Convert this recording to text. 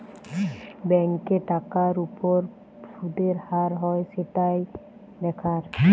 ব্যাংকে টাকার উপর শুদের হার হয় সেটাই দেখার